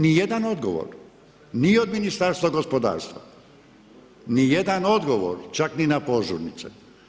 Ni jedan odgovor, ni od Ministarstva gospodarstva, ni jedan odgovor, čak ni na požurnice.